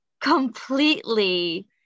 completely